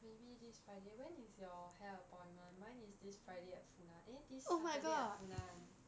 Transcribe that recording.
maybe this friday when is your hair appointment mine is this friday at funan eh this saturday at funan